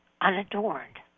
unadorned